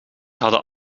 hadden